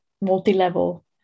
multi-level